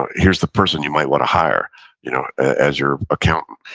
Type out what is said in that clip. here's the person you might want to hire you know as your accountant